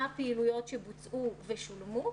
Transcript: מה הפעילויות שבוצעו ושולמו,